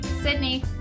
Sydney